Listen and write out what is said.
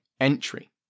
entry